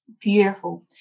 Beautiful